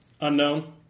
Unknown